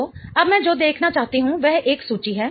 तो अब मैं जो देखना चाहती हूं वह एक सूची है